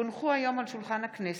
כי הונחו היום על שולחן הכנסת,